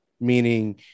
meaning